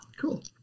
cool